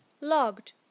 Logged